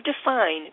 define